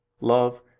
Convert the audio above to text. love